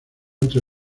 entre